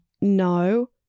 No